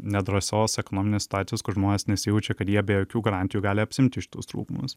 nedrąsios ekonominės situacijos kur žmonės nesijaučia kad jie be jokių garantijų gali apsiimti šitus trūkumus